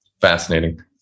Fascinating